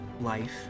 life